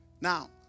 Now